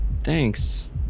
Thanks